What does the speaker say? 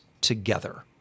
together